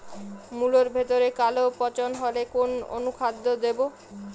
মুলোর ভেতরে কালো পচন হলে কোন অনুখাদ্য দেবো?